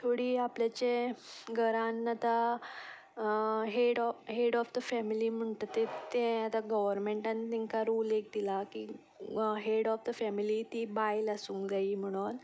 थोडीं आपल्याचें घरान आतां हेड ऑफ फॅमिली म्हणटा ती ते आतां गोवोरमेंटान तांकां रूल दिला की हेड ऑफ द फॅमिली ती बायल आसूंक जाय म्हणून